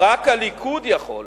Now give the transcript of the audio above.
הליכוד יכול,